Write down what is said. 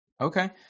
Okay